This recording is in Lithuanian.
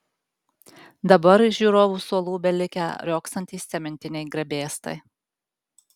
dabar iš žiūrovų suolų belikę riogsantys cementiniai grebėstai